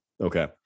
okay